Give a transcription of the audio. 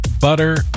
butter